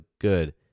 good